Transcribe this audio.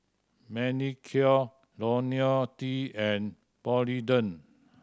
Manicare Lonil T and Polident